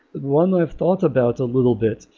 one i've thought about a little bit.